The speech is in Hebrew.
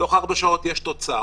תוך ארבע שעות יש תוצאה,